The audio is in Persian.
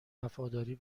وفاداری